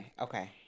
Okay